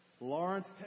Lawrence